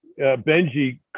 Benji